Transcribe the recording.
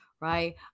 right